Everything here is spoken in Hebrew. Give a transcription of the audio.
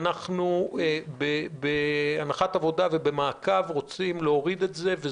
ואנחנו בהנחת עבודה ובמעקב רוצים להוריד את זה ל-3-2 דקות,